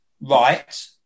right